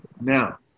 Now